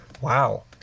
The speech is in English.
Wow